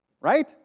right